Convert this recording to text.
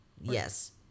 Yes